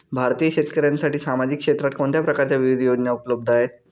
भारतीय शेतकऱ्यांसाठी सामाजिक क्षेत्रात कोणत्या प्रकारच्या विविध योजना उपलब्ध आहेत?